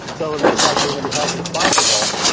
so, it looks like we're going to be held responsible.